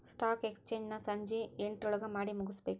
stock exchange ನ ಸಂಜಿ ಎಂಟ್ರೊಳಗಮಾಡಿಮುಗ್ಸ್ಬೇಕು